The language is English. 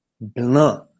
blanc